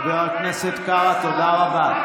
חבר הכנסת קארה, תודה רבה.